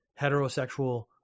heterosexual